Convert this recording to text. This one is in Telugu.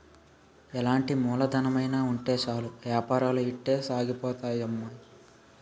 ఎలాంటి మూలధనమైన ఉంటే సాలు ఏపారాలు ఇట్టే సాగిపోతాయి అమ్మి